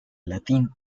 latín